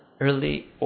early